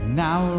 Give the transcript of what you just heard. now